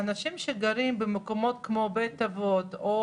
האנשים שגרים במקומות כמו בית אבות או